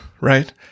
right